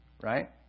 right